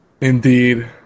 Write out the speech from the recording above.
Indeed